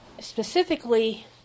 specifically